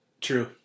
True